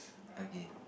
okay